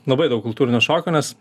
labai daug kultūrinio šoko nes